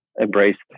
embraced